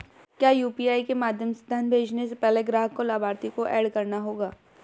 क्या यू.पी.आई के माध्यम से धन भेजने से पहले ग्राहक को लाभार्थी को एड करना होगा?